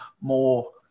more